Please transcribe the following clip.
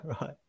Right